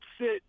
sit